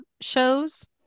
shows